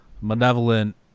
malevolent